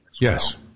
Yes